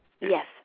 Yes